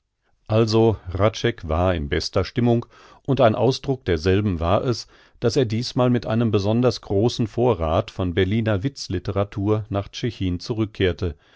also hradscheck war in bester stimmung und ein ausdruck derselben war es daß er diesmal mit einem besonders großen vorrath von berliner witzlitteratur nach tschechin zurückkehrte